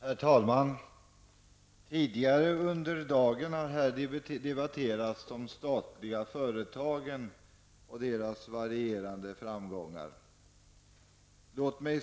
Herr talman! Tidigare under dagen har här debatterats de statliga företagen och deras varierande framgångar.